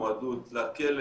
מועדות לכלא,